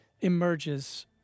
emerges